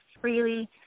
freely